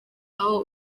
aho